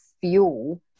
fuel